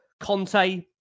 Conte